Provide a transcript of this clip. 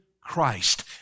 Christ